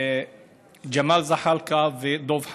ג'מאל זחאלקה ודב חנין.